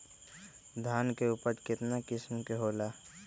धान के उपज केतना किस्म के होला?